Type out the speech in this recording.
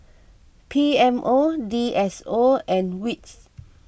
P M O D S O and Wits